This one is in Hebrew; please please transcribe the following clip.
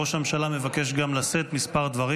ראש הממשלה מבקש לשאת כמה דברים.